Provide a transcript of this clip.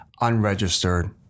unregistered